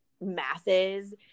Masses